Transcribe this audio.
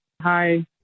Hi